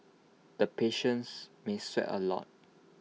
the patients may sweat A lot